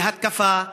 להתקפה,